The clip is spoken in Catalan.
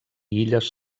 illes